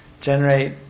generate